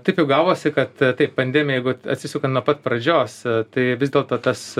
taip jau gavosi kad taip pandemija jeigu atsisukant nuo pat pradžios tai vis dėlto tas